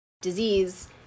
disease